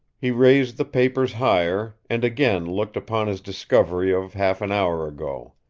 he raised the papers higher, and again looked upon his discovery of half an hour ago.